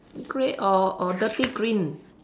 grey or or dirty green